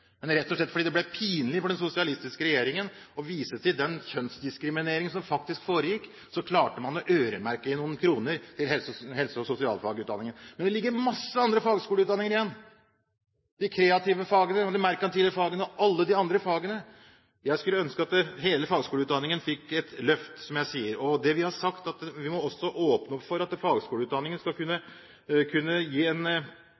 Men fordi det rett og slett ble pinlig for den sosialistiske regjeringen å vise til den kjønnsdiskriminering som faktisk foregikk, klarte man å øremerke noen kroner til helse- og sosialfagutdanningen. Men det ligger mange andre fagskoleutdanninger igjen: de kreative fagene, de merkantile fagene og alle de andre fagene. Jeg skulle ønske at hele fagskoleutdanningen fikk et løft. Vi må også åpne opp for at fagskoleutdanningen skal kunne gi en